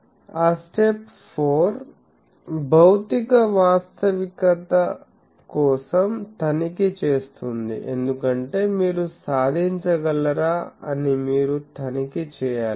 ఆ స్టెప్ 4 భౌతిక వాస్తవికత కోసం తనిఖీ చేస్తుంది ఎందుకంటే మీరు సాధించగలరా అని మీరు తనిఖీ చేయాలి